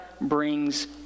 brings